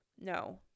No